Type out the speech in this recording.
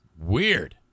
Weird